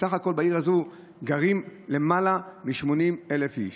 בסך הכול בעיר הזו גרים למעלה מ-80,000 איש.